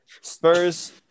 Spurs